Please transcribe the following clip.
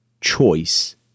choice